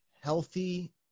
healthy